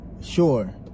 Sure